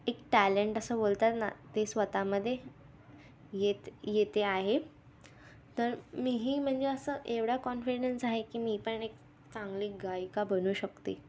एक टॅलेंट असं बोलतात ना ते स्वत मध्ये येत येते आहे तर मीही म्हणजे असं एवढा कॉन्फिडन्स आहे की मी पण एक चांगली गायिका बनू शकते